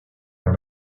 dans